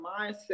mindset